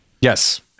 Yes